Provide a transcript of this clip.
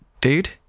dude